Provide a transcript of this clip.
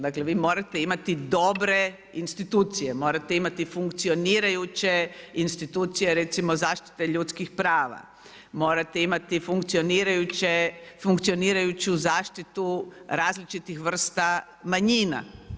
Dakle vi morate imati dobre institucije, morate imati funkcionirajuće institucije recimo zaštite ljudskih prava, morate imati funkcionirajuću zaštitu različitih vrsta manjina.